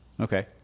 Okay